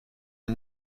une